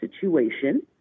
situation